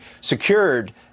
secured